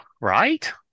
right